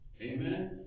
Amen